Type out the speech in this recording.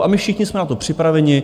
A my všichni jsme na to připraveni.